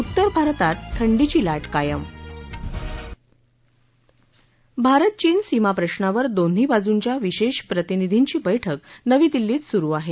उत्तर भारतात थंडीची ला कायम भारत चीन सीमा प्रशावर दोन्ही बाजूंच्या विशेष प्रतिनिधींची बैठक नवी दिल्लीत सुरु आहे